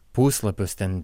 puslapius ten